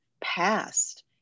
past